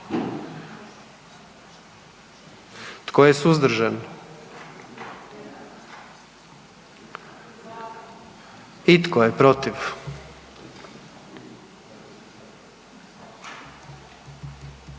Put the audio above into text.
Tko je suzdržan? I tko je protiv?